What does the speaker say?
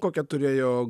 kokią turėjo